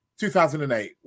2008